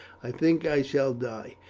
i think i shall die.